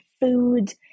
food